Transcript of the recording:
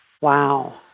Wow